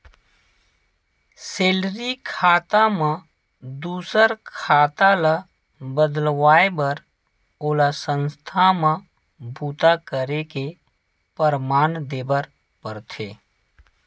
salary खाता म दूसर खाता ल बदलवाए बर ओला संस्था म बूता करे के परमान देबर परथे